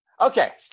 Okay